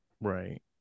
Right